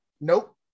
Nope